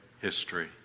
History